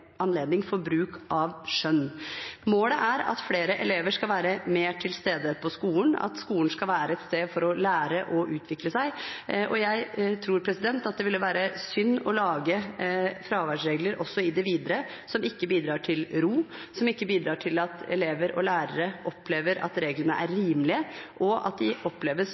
på skolen, at skolen skal være et sted for å lære og utvikle seg. Jeg tror det ville være synd også i det videre å lage fraværsregler som ikke bidrar til ro, som ikke bidrar til at elever og lærere opplever at reglene er rimelige – at de oppleves